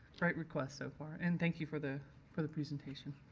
great requests so far and thank you for the for the presentation.